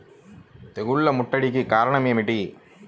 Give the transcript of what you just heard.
తెగుళ్ల ముట్టడికి కారణం ఏమిటి?